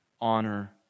honor